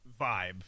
vibe